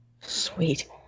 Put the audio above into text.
sweet